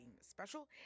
special